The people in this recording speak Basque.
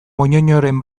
moñoñoren